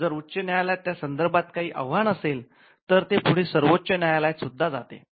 जर उच्च न्यायालय त्या संदर्भात काही आव्हान असेल तर पुढे सर्वोच्च न्यायालय सुद्धा जाते